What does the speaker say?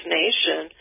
nation